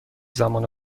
زمان